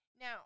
Now